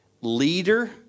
leader